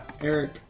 Eric